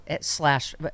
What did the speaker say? slash